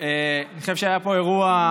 אני חושב שהיה פה אירוע,